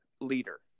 leader